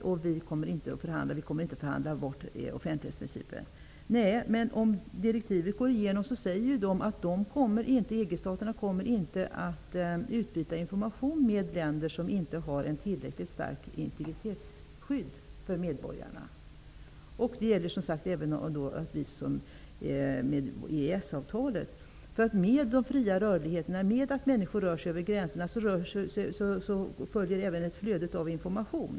Man kommer inte att förhandla bort offentlighetsprincipen. Nej, men om direktivet går igenom sägs det att EG-staterna inte kommer att utbyta information med länder som inte har ett tillräckligt starkt integritetsskydd för medborgarna. Det gäller som sagt även med EES-avtalet. Med människors fria rörlighet över gränserna följer även ett flöde av information.